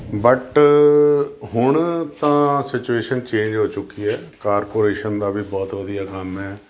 but ਹੁਣ ਤਾਂ situation change ਹੋ ਚੁੱਕੀ ਹੈ ਕਾਰਪੋਰੇਸ਼ਨ ਦਾ ਵੀ ਬਹੁਤ ਵਧੀਆ ਕੰਮ ਹੈ